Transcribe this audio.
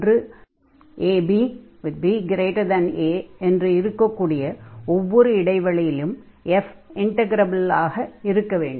ஒன்று a b b a என்று இருக்கக்கூடிய ஒவ்வொரு இடைவெளியிலும் f இன்டக்ரபில் ஆக இருக்க வேண்டும்